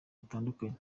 hatandukanye